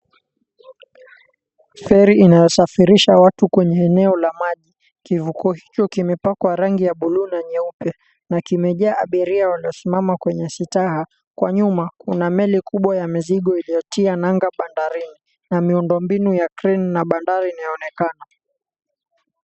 Feri inayosafirisha watu kwenye eneo la maji. Kivuko hicho kimepakwa rangi ya buluu na nyeupe na kimejaa abiria wenye wanaosimama kwenye sitaha. Kwa nyuma kuna meli kubwa ya mizigo iiyotia nanga bandarini na miundo mbinu ya crane na bandari inaonekana.